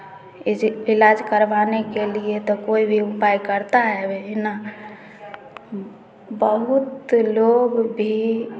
is ईलाज करवाने के लिए तो कोई भी उपाय करता है वे ही ना बहुत लोग भी